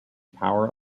power